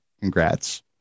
congrats